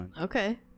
Okay